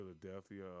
Philadelphia